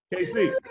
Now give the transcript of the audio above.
KC